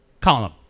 column